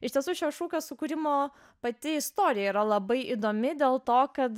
iš tiesų šio šūkio sukūrimo pati istorija yra labai įdomi dėl to kad